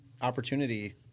opportunity